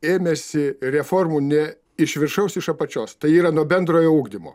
ėmėsi reformų ne iš viršaus iš apačios tai yra nuo bendrojo ugdymo